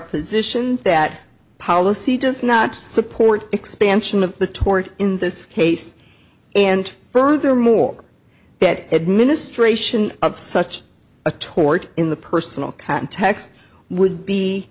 position that policy does not support expansion of the tort in this case and furthermore that administration of such a tort in the personal context would be